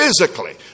Physically